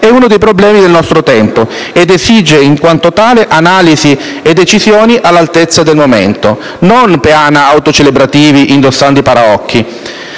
è uno dei problemi del nostro tempo ed esige in quanto tale analisi e decisioni all'altezza del momento, non peana autocelebrativi indossando i paraocchi.